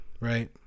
right